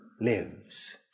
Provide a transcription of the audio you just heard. lives